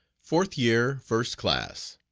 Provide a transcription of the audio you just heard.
fourth year first class.